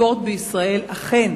שהספורט בישראל אכן